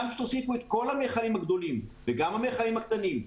גם כשתוסיפו את כל המיכלים הגדולים וגם המיכלים הקטנים,